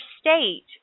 state